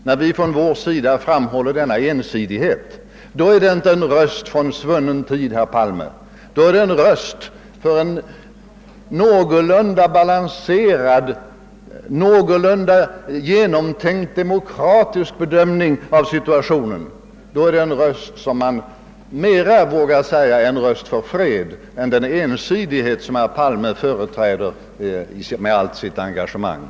När vi från vårt håll framhåller denna ensidighet, är det inte en röst från en svunnen tid, herr Palme, utan en röst som ger uttryck för en någorlunda balanserad bedömning av situationen. Jag vågar säga att det är en röst som talar mera för demokratisk fred än den ensidighet som herr Palme företräder med allt sitt patos.